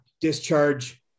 discharge